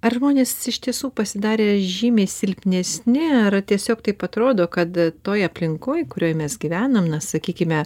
ar žmonės iš tiesų pasidarė žymiai silpnesni ar tiesiog taip atrodo kad toj aplinkoj kurioj mes gyvenam na sakykime